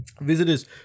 Visitors